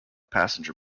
passenger